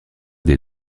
des